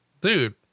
dude